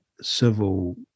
civil